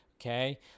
okay